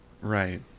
Right